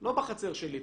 לא בחצר שלי,